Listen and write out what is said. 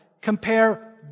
compare